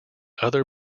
other